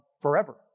forever